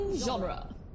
genre